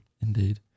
Indeed